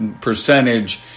percentage